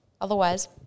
otherwise